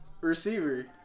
receiver